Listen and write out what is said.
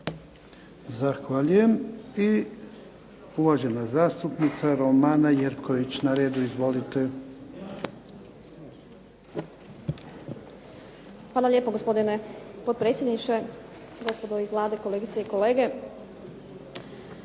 Zahvaljujem. I uvažena zastupnica Romana Jerković je na redu. Izvolite. **Jerković, Romana (SDP)** Hvala lijepo gospodine potpredsjedniče, gospodo iz Vlade, kolegice i kolege.